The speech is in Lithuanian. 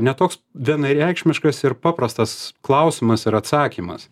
ne toks vienareikšmiškas ir paprastas klausimas ir atsakymas